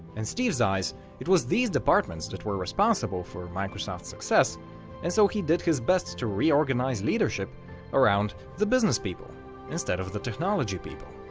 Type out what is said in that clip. in steve's eyes it was these departments that were responsible for microsoft's success and so he did his best to reorganize leadership around the business people instead of the technology people.